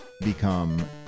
become